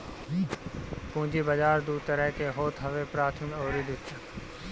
पूंजी बाजार दू तरह के होत हवे प्राथमिक अउरी द्वितीयक